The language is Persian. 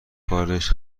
کارش